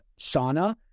sauna